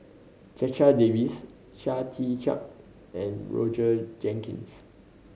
Checha Davies Chia Tee Chiak and Roger Jenkins